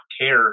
care